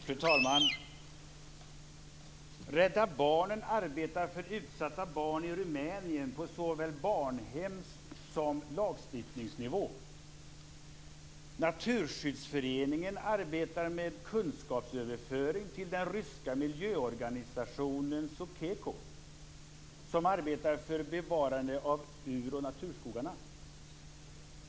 Fru talman! Rädda Barnen arbetar för utsatta barn i Rumänien på såväl barnhems som lagstiftningsnivå. Naturskyddsföreningen arbetar med kunskapsöverföring till den ryska miljöorganisationen Soceco, som arbetar för bevarandet av ur och naturskogarna.